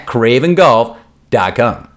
CravenGolf.com